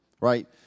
right